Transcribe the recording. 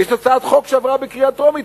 יש הצעת חוק שעברה בקריאה טרומית